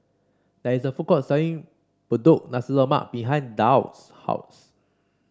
there is a food court selling Punggol Nasi Lemak behind Daryl's house